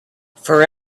for